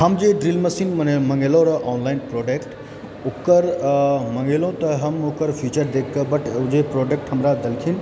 हम जे drill machine मँगेलहुँ रह ऑनलाइन प्रोडक्ट ओकर मँगेलहुँ तऽ हम ओकर फ्यूचर देखिके बट ओ जे प्रोडक्ट हमरा देलखिन